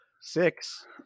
six